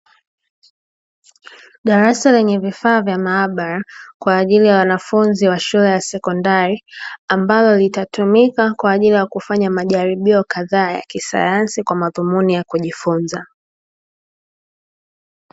Darasa lenye vifaa vya maabara kwa ajili ya wanafunzi wa shule ya sekondari, ambalo litatumika kwa ajili ya majaribio ya kisayansi kwa madhumuni ya kujifunza.